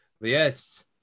Yes